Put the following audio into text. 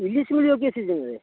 ଇଲିଶି ମିଳିବ କି ଏ ସିଜିନ୍ରେ